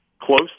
close